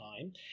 time